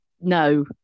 No